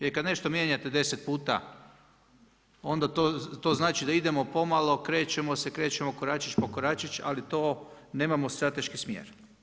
Jer kad nešto mijenjate 10 puta onda to znači da idemo pomalo, krećemo se, krećemo koračić po koračić ali to nemamo strateški smjer.